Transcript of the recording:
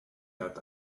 that